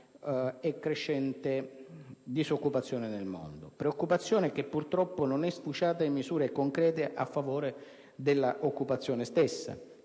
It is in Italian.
e crescente occupazione nel mondo. Preoccupazione che, purtroppo, non è sfociata in misure concrete a favore dell'occupazione stessa,